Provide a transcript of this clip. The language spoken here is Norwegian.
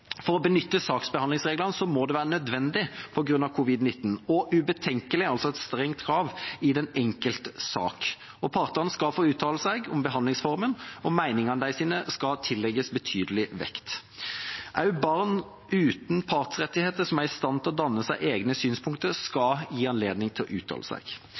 For å kunne benytte saksbehandlingsreglene må det være nødvendig på grunn av covid-19 og ubetenkelig, altså et strengt krav, i den enkelte sak. Partene skal få uttale seg om behandlingsformen, og meningene deres skal tillegges betydelig vekt. Også barn uten partsrettigheter som er i stand til å danne seg egne synspunkter, skal gis anledning til å uttale seg.